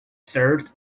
served